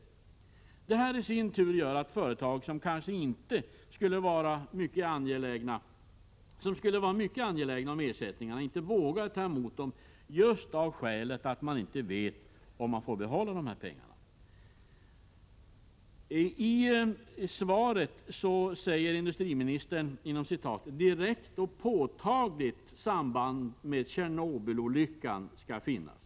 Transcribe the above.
Detta i sin tur gör att företag som kanske skulle vara mycket angelägna om ersättningarna inte vågar ta emot dem, just av det skälet att de inte vet om de får behålla pengarna. I svaret säger industriministern att ett ”direkt och påtagligt samband med Tjernobylolyckan” skall finnas.